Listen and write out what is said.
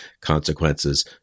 consequences